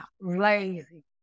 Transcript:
lazy